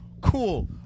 Cool